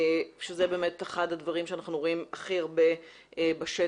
שזה אחד הדברים שאנחנו רואים הכי הרבה בשטח,